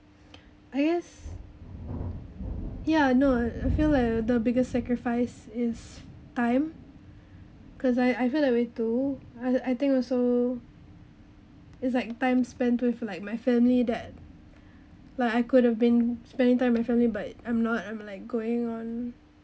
I guess ya no uh I feel like the biggest sacrifice is time cause I I feel that way too I I think also is like time spent with like my family that like I could have been spending time with my family but I'm not I'm like going on